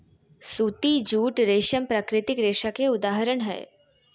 सूती, जूट, रेशम प्राकृतिक रेशा के उदाहरण हय